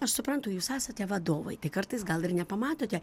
aš suprantu jūs esate vadovai tai kartais gal ir nepamatote